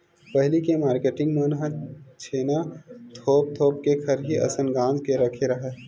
पहिली के मारकेटिंग मन ह छेना ल थोप थोप के खरही असन गांज के रखे राहय